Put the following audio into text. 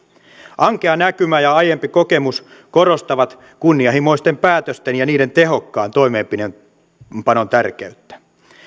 ankea näkymä ja aiempi kokemus korostavat kunnianhimoisten päätösten ja niiden tehokkaan toimeenpanon tärkeyttä